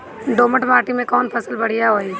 दोमट माटी में कौन फसल बढ़ीया होई?